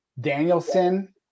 Danielson